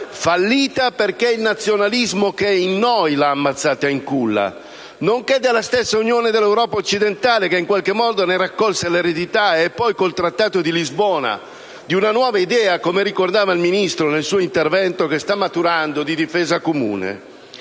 fallita perché il nazionalismo che è in noi l'ha ammazzata in culla, nonché della stessa Unione dell'Europa occidentale, che in qualche modo ne raccolse l'eredità, e poi con il Trattato di Lisbona di una nuova idea - come ricordava il Ministro nel suo intervento - che sta maturando di difesa comune.